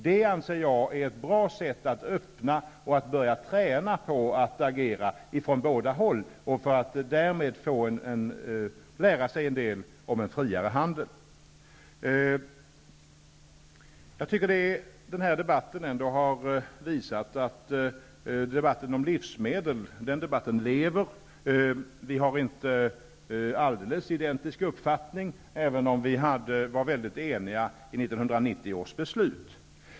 Jag anser att det är ett bra sätt att öppna och att börja träna på att agera från båda håll för lära sig en hel del om en friare handel. Jag tycker att denna debatt har visat att diskussionen om livsmedel lever. Vi har inte alldeles identiska uppfattningar, även om vi var mycket eniga i 1990 års beslut.